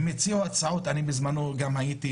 הם הציעו הצעות.